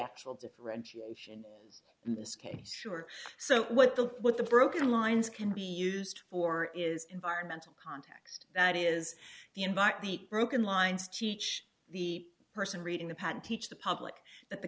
actual differentiation in this case sure so what the what the broken lines can be used for is environmental context that is the invite the broken lines teach the person reading the patent teach the public that the